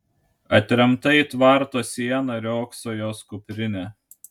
atremta į tvarto sieną riogso jos kuprinė